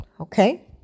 okay